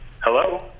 hello